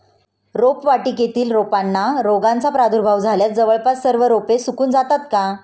रोपवाटिकेतील रोपांना रोगाचा प्रादुर्भाव झाल्यास जवळपास सर्व रोपे सुकून जातात का?